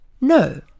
no